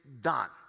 done